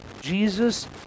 Jesus